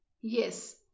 yes